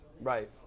Right